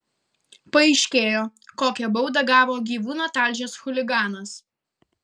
paaiškėjo kokią baudą gavo gyvūną talžęs chuliganas